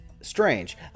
strange